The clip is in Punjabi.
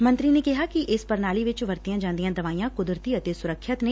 ਮੰਤਰੀ ਨੇ ਕਿਹੈ ਕਿ ਇਸ ਪ੍ਰਣਾਲੀਆ ਚ ਵਰਤੀਆਂ ਜਾਂਦੀਆਂ ਦਵਾਈਆਂ ਕੁਦਰਤੀ ਅਤੇ ਸੁਰੱਖਿਅਤ ਨੇ